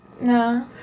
no